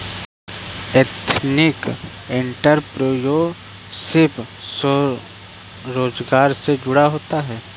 ethnic entrepreneurship स्वरोजगार से जुड़ा होता है